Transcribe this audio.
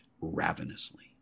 ravenously